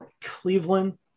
Cleveland